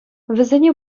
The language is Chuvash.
вӗсене